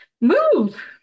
move